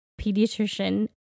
pediatrician